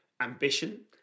ambition